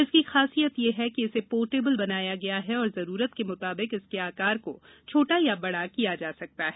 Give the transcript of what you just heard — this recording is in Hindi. इसकी खासियत यह है कि इसे पोर्टेबल बनाया गया है और जरुरत के म्ताबिक इसके आकार को छोटा या बड़ा किया जा सकता है